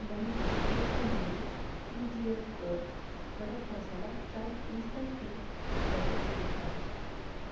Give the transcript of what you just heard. ನನಗೆ ಇವತ್ತಿನೊಳಗೆ T G L co kadak masala chai instant tea delivery ಸಿಗತ್ತಾ